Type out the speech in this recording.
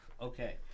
Okay